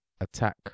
attack